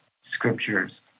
scriptures